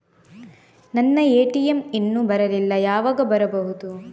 ನನ್ನ ಎ.ಟಿ.ಎಂ ಇನ್ನು ಬರಲಿಲ್ಲ, ಯಾವಾಗ ಬರಬಹುದು?